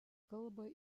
kalbą